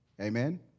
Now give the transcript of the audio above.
Amen